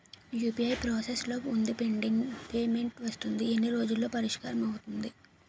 UPI process లో వుందిపెండింగ్ payment వస్తుంది ఎన్ని రోజుల్లో పరిష్కారం అవుతుంది